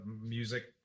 music